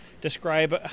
describe